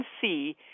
see